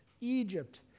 Egypt